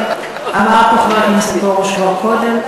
אמר פה חבר הכנסת פרוש כבר קודם,